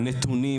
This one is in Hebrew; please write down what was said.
נתונים.